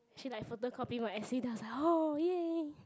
actually like photocopy my essay does that oh ya ya